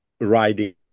riding